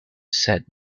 set